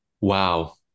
Wow